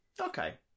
okay